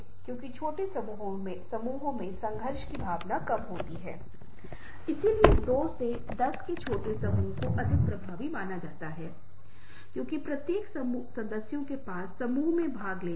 जिस तरह से वे व्यवहार करते हैं जिस तरह से ग्रंथों का व्यवहार होता है और कुछ छोटी कविताएँ भी होती हैं जो फिर से विभिन्न चीजों को संप्रेषित करने में कामयाब होती हैं